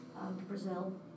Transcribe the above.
Brazil